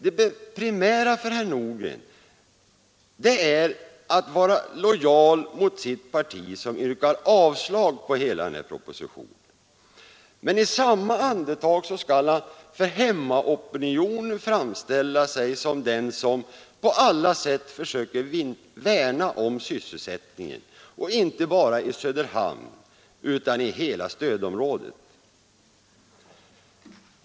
Det primära för herr Nordgren är att vara lojal mot sitt parti, som yrkar avslag på hela propositionen. Men i samma andetag vill han för hemmaopinionen framställa sig som den som på alla sätt försöker värna om sysselsättningen — och inte bara i Söderhamn utan i hela stödområdet.